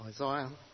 Isaiah